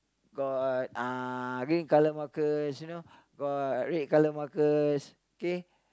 got uh green color markers you know got red color markers okay